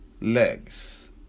legs